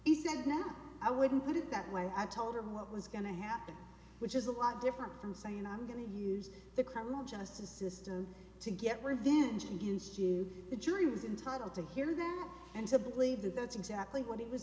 decent not i wouldn't put it that way i told him what was going to happen which is a lot different from saying i'm going to use the criminal justice system to get revenge against you the jury was entitle to hear that and so believe that that's exactly what he was